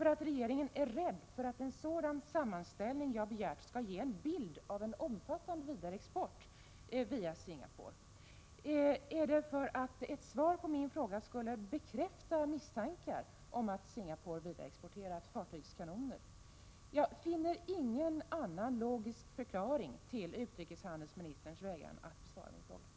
Är regeringen rädd för att en sådan sammanställning som jag begärt skulle ge en bild av en omfattande vidareexport via Singapore? Skulle ett svar på min fråga bekräfta misstankarna om att Singapore vidareexporterat fartygskanoner? Jag finner ingen annan logisk förklaring till att utrikeshandelsministern vägrar att svara på min fråga.